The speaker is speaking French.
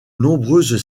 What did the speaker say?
nombreuses